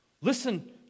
Listen